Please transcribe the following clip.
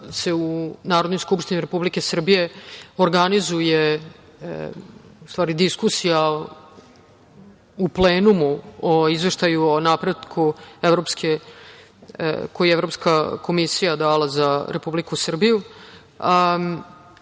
put u Narodnoj skupštini Republike Srbije organizuje diskusija u plenumu o Izveštaju o napretku koji je Evropska komisija dala za Republiku Srbiju. Takođe,